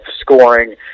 scoring